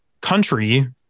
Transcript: country